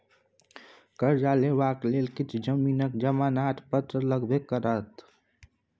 करजा लेबाक लेल किछु जमीनक जमानत पत्र लगबे करत